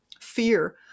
fear